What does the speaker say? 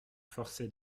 forcés